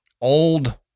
old